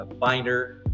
binder